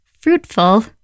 fruitful